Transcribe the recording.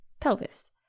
pelvis